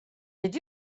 did